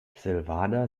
silvana